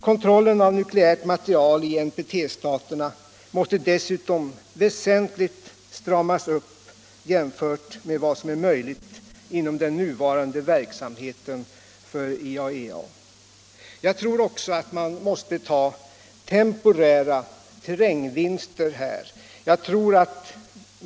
Kontrollen av nukleärt material i NPT-staterna måste dessutom väsentligt stramas upp jämfört med vad som är möjligt inom den nuvarande verksamheten för IAEA. Jag tror också att man här måste ta till vara de temporära framsteg som är möjliga.